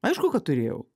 aišku kad turėjau